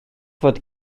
fod